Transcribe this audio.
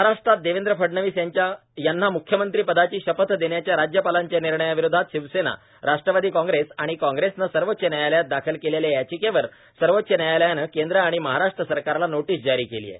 महाराष्ट्रात देवेंद्र फडनवीस यांना मुख्यमंत्रीपदाची शपथ देण्याच्या राज्यपालांच्या निर्णयाविरोधात शिवसेना राष्ट्रवादी काँग्रेस आणि काँग्रेसनं सर्वोच्च न्यायालयात दाखल केलेल्या याचिकेवर सर्वोच्च न्यायालयानं केंद्र आणि महाराष्ट्र सरकारला नोटिस जारी केली आहे